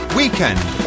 weekend